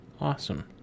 Awesome